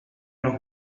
los